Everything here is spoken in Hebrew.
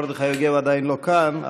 מרדכי יוגב עדיין לא כאן.